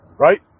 Right